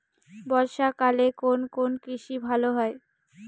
বর্ষা কালে কোন কোন কৃষি ভালো হয়?